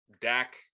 Dak